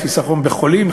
חיסכון בחולים,